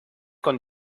con